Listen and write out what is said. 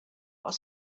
are